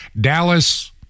Dallas